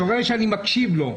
אתה רואה שאני מקשיב לו.